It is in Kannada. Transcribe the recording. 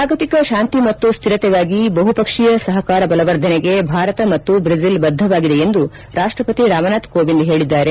ಜಾಗತಿಕ ಶಾಂತಿ ಮತ್ತು ಸ್ವಿರತೆಗಾಗಿ ಬಹುಪಕ್ಷೀಯ ಸಹಕಾರ ಬಲವರ್ಧನೆಗೆ ಭಾರತ ಮತ್ತು ಬ್ರೆಜಿಲ್ ಬದ್ದವಾಗಿದೆ ಎಂದು ರಾಷ್ಟ್ರಪತಿ ರಾಮ್ನಾಥ್ ಕೋವಿಂದ್ ಹೇಳಿದ್ದಾರೆ